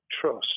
trust